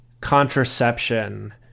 contraception